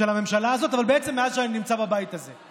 של הממשלה הזאת, אבל בעצם מאז שאני נמצא בבית הזה.